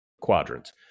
quadrants